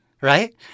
right